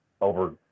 over